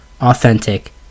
Authentic